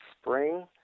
spring